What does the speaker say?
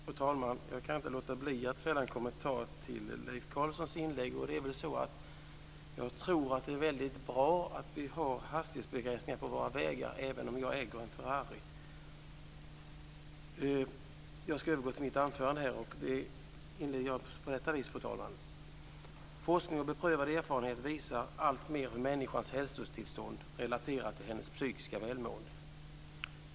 Fru talman! Jag kan inte låta bli fälla en kommentar till Leif Carlsons inlägg. Jag tror att det är väldigt bra att vi har hastighetsbegränsningar på våra vägar även om jag äger en Ferrari. Fru talman! Forskning och beprövad erfarenhet visar alltmer hur människans hälsotillstånd relaterar till hennes psykiska välmående.